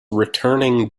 returning